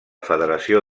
federació